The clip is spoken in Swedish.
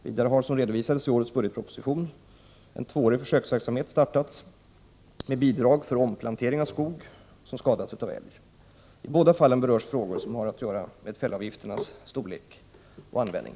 Vidare har, såsom redovisades i årets budgetproposition, en tvåårig försöksverksamhet startats med bidrag för omplantering av skog som skadats av älg. I båda fallen berörs frågor som har att göra med fällavgifternas storlek och användning.